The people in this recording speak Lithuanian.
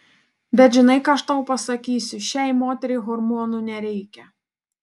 bet žinai ką aš tau pasakysiu šiai moteriai hormonų nereikia